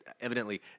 evidently